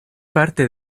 parte